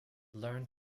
learned